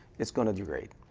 it's going to degrade.